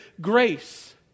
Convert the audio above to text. grace